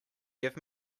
give